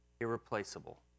irreplaceable